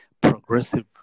progressive